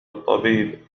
الطبيب